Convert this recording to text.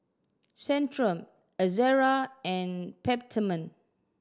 Centrum Ezerra and Peptamen